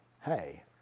hey